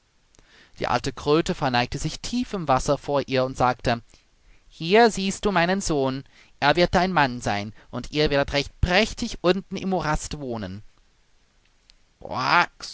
die alte kröte verneigte sich tief im wasser vor ihr und sagte hier siehst du meinen sohn er wird dein mann sein und ihr werdet recht prächtig unten im morast wohnen